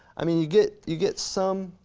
i mean, you get you get some,